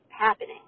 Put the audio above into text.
happening